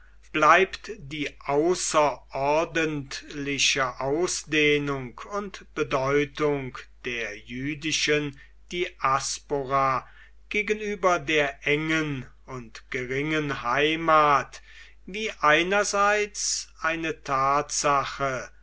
bleibt die außerordentliche ausdehnung und bedeutung der jüdischen diaspora gegenüber der engen und geringen heimat wie einerseits eine tatsache